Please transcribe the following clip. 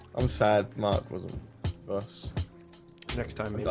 i'm sad mark wasn't worse next time.